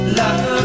love